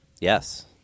Yes